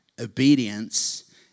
obedience